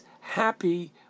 happy